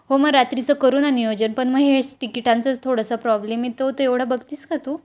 हो मग रात्रीचं करू ना नियोजन पण मग हेच टिकिटांचं थोडसं प्रॉब्लेम आहे तो तेवढा बघतेस का तू